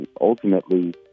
ultimately